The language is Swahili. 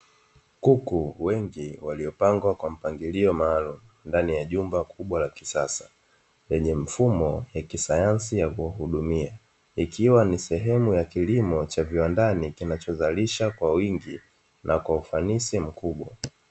Kuku wengi waliopangwa kwa mpangilio maalumu ndani ya jumba kubwa la kisasa, lenye mfumo ya kisayansi ya kuwahudumia ikiwa ni sehemu ya kilimo cha viwandani kinachozalisha kwa wingi na kwaufanisi mkubwa.